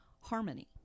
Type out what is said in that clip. harmony